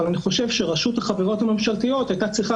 אבל אני חושב שרשות החברות הממשלתיות היתה צריכה